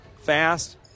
Fast